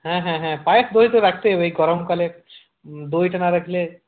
হ্যাঁ হ্যাঁ হ্যাঁ পায়েস দই তো রাখতেই হবে এই গরমকালে দইটা না রাখলে